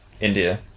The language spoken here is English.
India